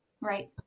Right